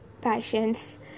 passions